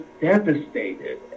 devastated